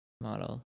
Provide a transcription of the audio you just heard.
model